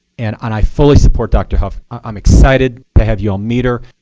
and and i fully support dr. hough. i'm excited to have you all meet her.